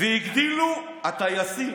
והגדילו הטייסים.